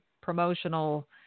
promotional